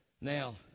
Now